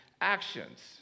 actions